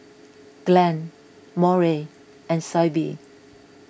Glenn Moira and Syble